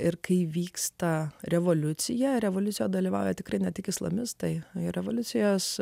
ir kai vyksta revoliucija revoliucija dalyvauja tikri ne tik islamistai revoliucijos